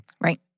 Right